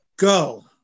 Go